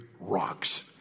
rocks